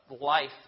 life